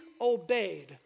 obeyed